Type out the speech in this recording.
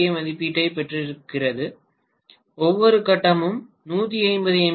ஏ மதிப்பீட்டைப் பெறப்போகிறது ஒவ்வொரு கட்டமும் 150 எம்